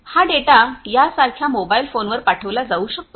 हा डेटा यासारख्या मोबाइल फोनवर पाठविला जाऊ शकतो